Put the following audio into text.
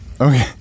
Okay